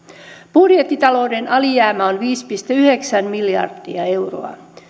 budjettitalouden alijäämä on viisi pilkku yhdeksän miljardia euroa